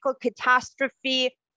catastrophe